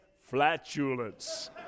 flatulence